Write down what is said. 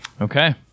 Okay